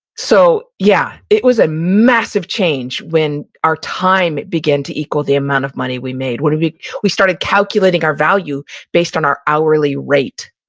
so yeah, it was a massive change when our time it began to equal the amount of money we made, when we we started calculating our value based on our hourly rate